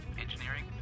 Engineering